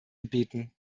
gebeten